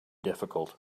difficult